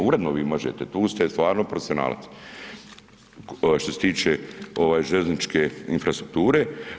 Uredno vi možete, tu ste stvarno profesionalac, što se tiče željezničke infrastrukture.